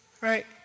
Right